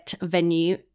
venue